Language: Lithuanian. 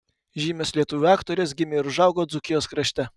žymios lietuvių aktorės gimė ir užaugo dzūkijos krašte